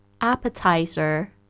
Appetizer